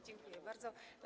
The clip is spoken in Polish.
Dziękuję bardzo.